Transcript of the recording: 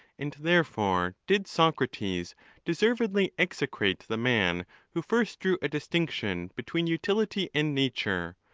and therefore did socrates de servedly execrate the man who first drew a distinction between utility and nature,